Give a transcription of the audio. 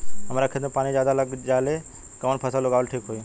हमरा खेत में पानी ज्यादा लग जाले कवन फसल लगावल ठीक होई?